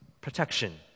protection